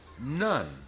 none